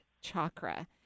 chakra